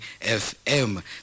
FM